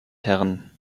herren